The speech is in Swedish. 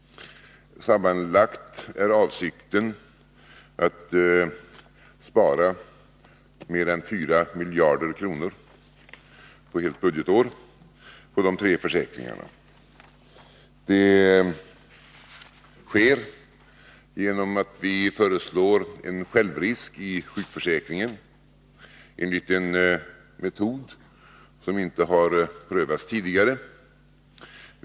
Avsikten är att spara mer än 4 miljarder kronor på helt budgetår på de tre försäkringarna sammanlagt. Det sker genom att vi föreslår en självrisk i sjukförsäkringen enligt en metod som inte har prövats tidigare.